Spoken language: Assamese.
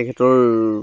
তেখেতৰ